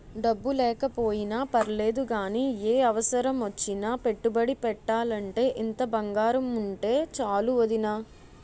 డబ్బు లేకపోయినా పర్లేదు గానీ, ఏ అవసరమొచ్చినా పెట్టుబడి పెట్టాలంటే ఇంత బంగారముంటే చాలు వొదినా